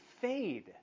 fade